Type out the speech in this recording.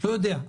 לא יודע,